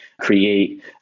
create